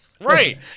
Right